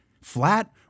flat